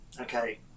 okay